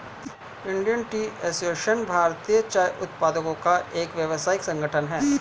Indian tea association भारतीय चाय उत्पादकों का एक व्यावसायिक संगठन है